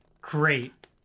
Great